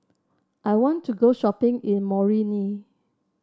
I want to go shopping in Moroni